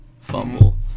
fumble